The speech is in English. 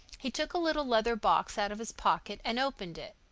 he took a little leather box out of his pocket and opened it.